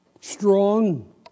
strong